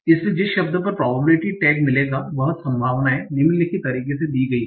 इसलिए जिस शब्द पर प्रोबेबिलिटी टैग मिलेगा वह संभावनाएं निम्नलिखित तरीके से दी गई हैं